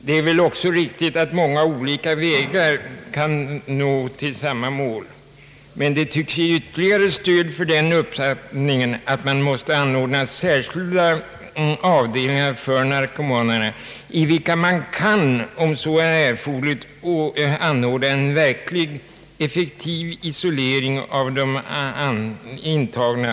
Det är väl också riktigt att många olika vägar kan leda till samma mål, men jag tycker att detta är ett ytterligare stöd för den uppfattningen att man måste anordna särskilda avdelningar för narkomanerna, där man om så är erforderligt kan anordna en verk ligt effektiv isolering av de intagna.